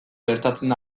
gertatzen